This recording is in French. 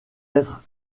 être